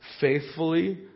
faithfully